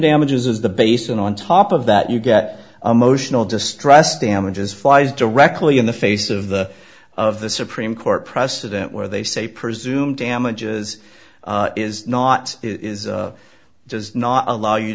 damages is the base and on top of that you get a motional distress damages flies directly in the face of the of the supreme court precedent where they say presumed damages is not is does not allow